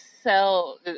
sell